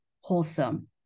wholesome